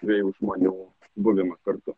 dviejų žmonių buvimą kartu